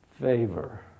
favor